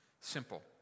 Simple